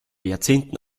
jahrzehnten